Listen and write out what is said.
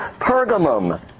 Pergamum